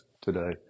today